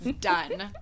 done